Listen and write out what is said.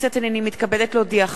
הנני מתכבדת להודיעכם,